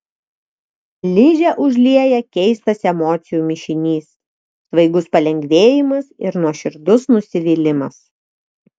ližę užlieja keistas emocijų mišinys svaigus palengvėjimas ir nuoširdus nusivylimas